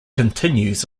continues